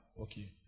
Okay